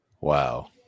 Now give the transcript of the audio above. Wow